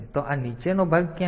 તો આ નીચેનો ભાગ ક્યાં છે